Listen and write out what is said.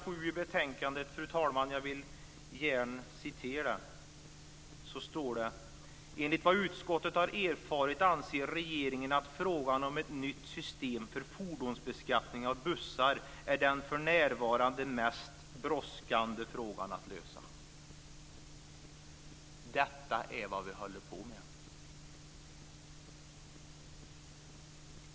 Jag vill gärna citera vad som står på s. 7 i betänkandet: "Enligt vad utskottet har erfarit anser regeringen att frågan om ett nytt system för fordonsbeskattning av bussar är den för närvarande mest brådskande att lösa." Detta är vad vi håller på med.